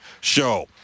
show